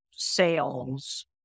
Sales